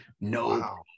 No